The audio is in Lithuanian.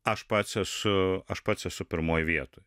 aš pats esu aš pats esu pirmoj vietoj